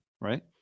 right